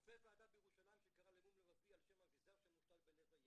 רופא ועדה בירושלים שקרא למום לבבי על שם אביזר שמושתל בלב הילד.